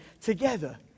together